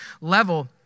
level